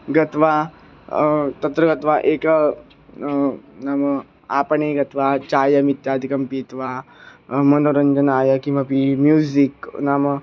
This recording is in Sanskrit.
गत्वा तत्र गत्वा एकस्मिन् नाम आपणे गत्वा चायम् इत्यादिकं पीत्वा मनोरञ्जनाय किमपि म्यूसिक् नाम